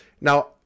Now